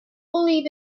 believe